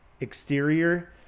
exterior